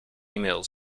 emails